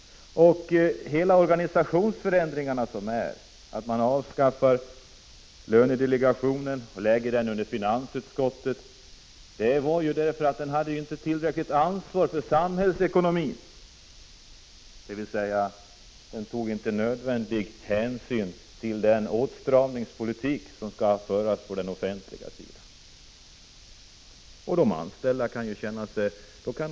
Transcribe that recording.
Hela den organisationsförändring som innebär att lönedelegationen avskaffas och dess funktion förs in under finansutskottet beror på att den inte hade tillräckligt ansvar för samhällsekonomin, dvs. den tog inte nödvändig hänsyn till den åtstramningspolitik som skall föras på den offentliga sidan. Då kan de anställda känna sin decentraliserade makt.